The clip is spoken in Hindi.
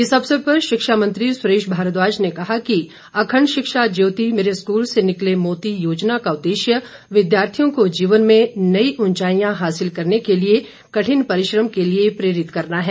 इस अवसर पर शिक्षा मंत्री सुरेश भारद्वाज ने कहा कि अखंड शिक्षा ज्योति मेरे स्कूल से निकले मोती योजना का उदेश्य विद्यार्थियों को जीवन में नई ऊंचाईयां हासिल करने के लिए कठिन परिश्रम के लिए प्रेरित करना है